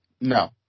No